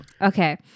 Okay